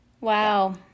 Wow